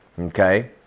Okay